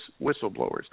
whistleblowers